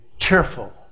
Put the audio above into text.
cheerful